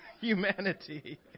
humanity